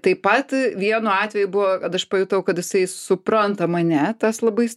taip pat vienu atveju buvo kad aš pajutau kad jisai supranta mane tas labai